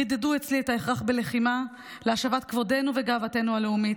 חידדו אצלי את ההכרח בלחימה להשבת כבודנו וגאוותנו הלאומית.